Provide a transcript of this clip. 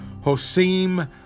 Hossein